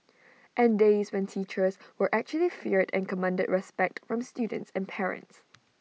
and days when teachers were actually feared and commanded respect from students and parents